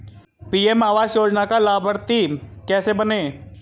PM आवास योजना का लाभर्ती कैसे बनें?